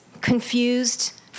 confused